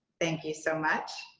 thank you so much.